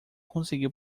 conseguiu